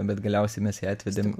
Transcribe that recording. bet galiausiai mes ją atvedėm